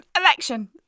election